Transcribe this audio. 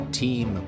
team